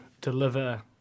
deliver